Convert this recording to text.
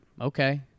Okay